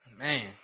Man